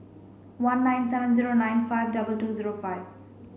one nine seven zero nine five double two zero five